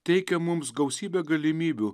teikia mums gausybę galimybių